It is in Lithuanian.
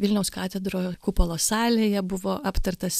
vilniaus katedroj kupolo salėje buvo aptartas